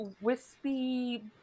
wispy